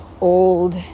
old